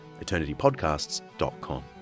Eternitypodcasts.com